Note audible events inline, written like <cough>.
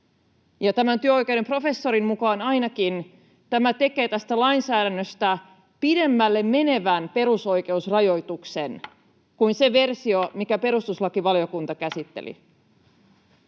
työoikeuden professorin mukaan ainakin tämä tekee tästä lainsäädännöstä pidemmälle menevän perusoikeusrajoituksen <noise> kuin se versio, mitä perustuslakivaliokunta käsitteli.